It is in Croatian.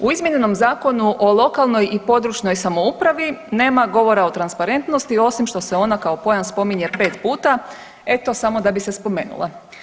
U izmijenjenom Zakonu o lokalnoj i područnoj samoupravi nema govora o transparentnosti osim što se ona kao pojam spominje pet puta eto samo da bi se spomenula.